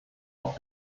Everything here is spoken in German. auf